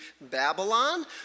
Babylon